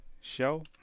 show